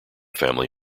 family